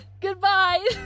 Goodbye